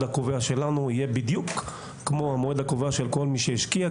הקובע שלנו למועד הקובע של כל מי שהשקיע.